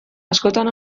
askotan